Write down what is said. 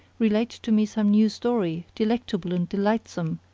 relate to me some new story, delectable and delightsome,